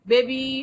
Baby